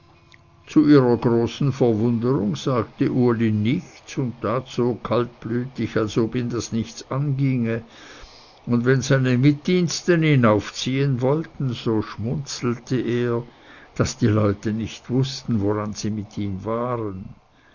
zu ihrer großen verwunderung sagte uli nichts und tat so kaltblütig als ob ihn das nichts anginge und wenn seine mitdiensten ihn aufziehen wollten so schmunzelte er daß die leute nicht wußten woran sie mit ihm waren